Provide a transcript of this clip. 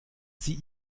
sie